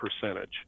percentage